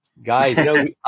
Guys